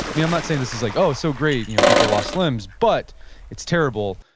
mean, i'm not saying this is like, oh, so great. you know people lost limbs, but it's terrible,